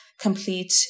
complete